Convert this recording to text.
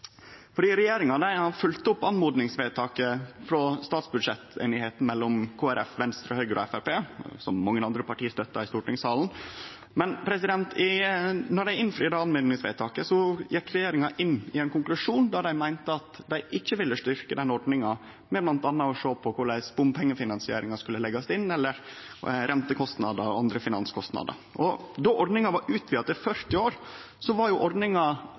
Regjeringa har følgt opp oppmodingsvedtaket frå statsbudsjetteinigheita mellom Kristeleg Folkeparti, Venstre, Høgre og Framstegspartiet, som mange andre parti støtta i stortingssalen. Men når dei innfridde det oppmodingsvedtaket, gjekk regjeringa inn i ein konklusjon der dei meinte at dei ikkje ville styrkje denne ordninga, ved bl.a. å sjå på korleis bompengefinansieringa skulle leggjast inn, eller rentekostnader og andre finanskostnader. Då ordninga var utvida til 40 år, var